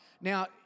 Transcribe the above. Now